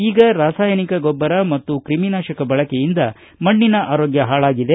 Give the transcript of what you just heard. ಈಗ ರಾಸಾಯನಿಕ ಗೊಬ್ಬರ ಮತ್ತು ಕ್ರೆಮಿನಾಶಕ ಬಳಕೆಯಿಂದ ಮಣ್ಣಿನ ಆರೋಗ್ಯ ಹಾಳಾಗಿದೆ